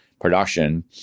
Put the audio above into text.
production